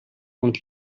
und